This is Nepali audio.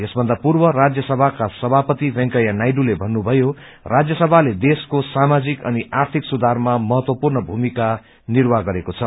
यसभन्दा पूर्व राज्यसभाका सभापति वेंकैया नायडूले भन्नुभयो राज्यसश्रााले देशको सामाजिक अनि आध्रिक सुधारमा महतवपूर्ण भूकिा निर्वाह गरेको छ